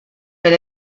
per